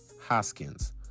Hoskins